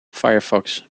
firefox